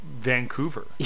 Vancouver